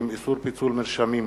50) (איסור פיצול מרשמים),